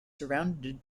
surrounded